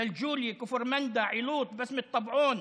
בועיינה, ג'לג'וליה, כפר מנדא, עילוט, בסמת טבעון,